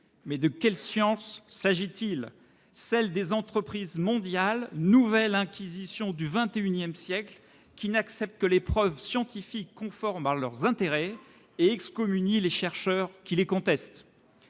Mais de quelle science s'agit-il ? Celle des entreprises mondiales, nouvelle inquisition du XXI siècle, qui n'acceptent que les preuves scientifiques conformes à leurs intérêts et excommunient les chercheurs qui les contestent